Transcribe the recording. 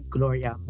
Gloria